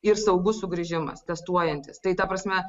ir saugus sugrįžimas testuojantis tai ta prasme